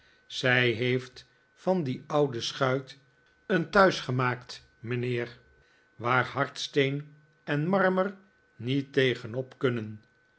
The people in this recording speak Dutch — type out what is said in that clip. zij heeft van die oude schuit een thuis gemaakt mijnheer waar hardsteen en marmer niet tegenop kunnen